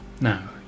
Now